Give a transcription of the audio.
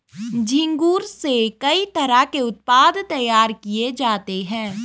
झींगुर से कई तरह के उत्पाद तैयार किये जाते है